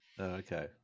Okay